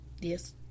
Yes